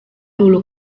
dulu